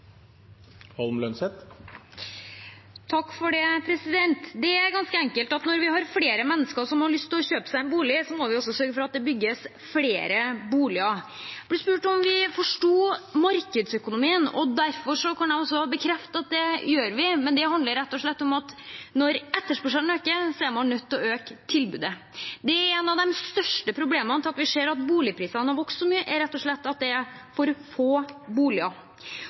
forslagene hadde blitt vedtatt. Det er ganske enkelt slik at når vi har flere mennesker som har lyst til å kjøpe seg en bolig, må vi også sørge for at det bygges flere boliger. Vi ble spurt om vi forsto markedsøkonomien, og derfor kan jeg bekrefte at det gjør vi. Det handler rett og slett om at når etterspørselen øker, er man nødt til å øke tilbudet. En av de største grunnene til at boligprisene har vokst så mye, er at det rett og slett er for få